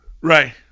Right